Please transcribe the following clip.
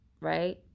right